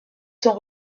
sont